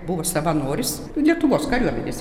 buvo savanoris lietuvos kariuomenės